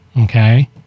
Okay